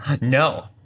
no